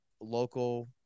local